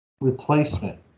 replacement